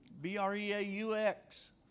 B-R-E-A-U-X